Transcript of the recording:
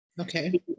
okay